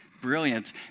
brilliant